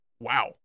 Wow